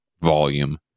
volume